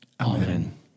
Amen